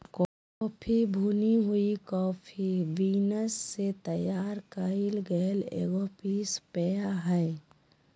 coffee भुनी हुई coffee beans से तैयार कइल गेल एगो पीसल पेय हइ